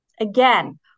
Again